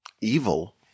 evil